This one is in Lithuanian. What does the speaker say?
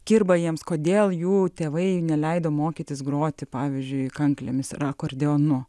kirba jiems kodėl jų tėvai neleido mokytis groti pavyzdžiui kanklėmis akordeonu